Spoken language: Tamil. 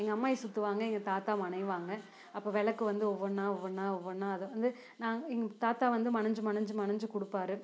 எங்கள் அம்மாயி சுற்றுவாங்க எங்கள் தாத்தா மனையிவாங்க அப்போ விளக்கு வந்து ஒவ்வொண்ணா ஒவ்வொண்ணா ஒவ்வொண்ணா தான் அதை வந்து நாங்கள் எங்கள் தாத்தா வந்து மனைஞ்சி மனைஞ்சி கொடுப்பாரு